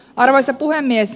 arvoisa puhemies